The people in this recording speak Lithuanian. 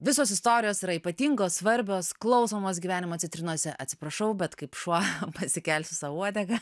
visos istorijos yra ypatingos svarbios klausomos gyvenimo citrinose atsiprašau bet kaip šuo persikelsiu savo uodegą